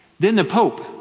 then the pope,